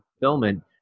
fulfillment